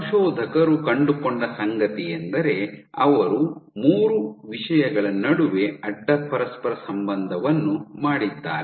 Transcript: ಸಂಶೋಧಕರು ಕಂಡುಕೊಂಡ ಸಂಗತಿಯೆಂದರೆ ಅವರು ಮೂರು ವಿಷಯಗಳ ನಡುವೆ ಅಡ್ಡ ಪರಸ್ಪರ ಸಂಬಂಧವನ್ನು ಮಾಡಿದ್ದಾರೆ